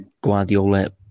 Guardiola